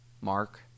Mark